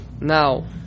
now